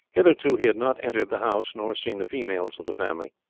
hitherto he had not entered the house nor seen the females of the family.